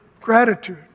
Gratitude